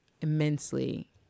immensely